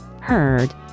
heard